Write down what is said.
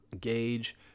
gauge